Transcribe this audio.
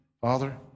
Father